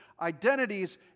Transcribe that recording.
identities